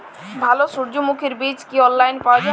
ভালো সূর্যমুখির বীজ কি অনলাইনে পাওয়া যায়?